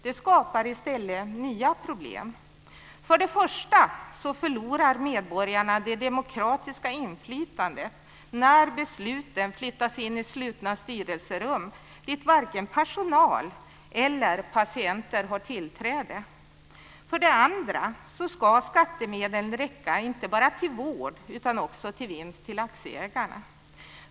Det skapar i stället nya problem. För det första förlorar medborgarna det demokratiska inflytandet när besluten flyttas in i slutna styrelserum där varken personal eller patienter har tillträde. För det andra ska skattemedlen räcka inte bara till vård utan också till vinst till aktieägarna.